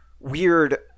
weird